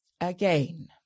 again